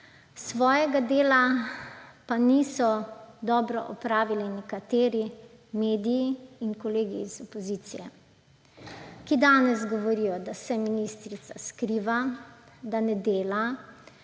Svojega dela pa niso dobro opravili nekateri mediji in kolegi iz opozicije, ki danes govorijo, da se ministrica skriva, da ne dela,